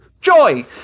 joy